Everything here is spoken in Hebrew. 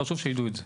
חשוב שיידעו את זה.